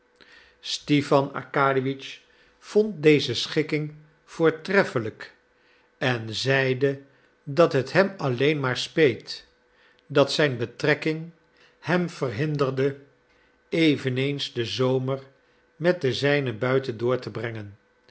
stipan arkadiewitsch vond deze schikking voortreffelijk en zeide dat t hem alleen maar speet dat zijn betrekking hem verhinderde eveneens den zomer met de zijnen buiten door te brengen